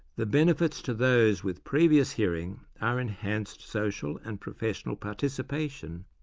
the benefits to those with previous hearing are enhanced social and professional participation,